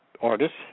artists